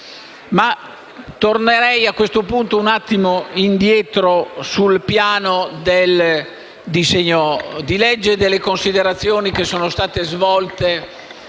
Ma tornerei a questo punto un attimo indietro sul piano del disegno di legge e delle considerazioni che sono state svolte